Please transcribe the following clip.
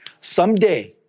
someday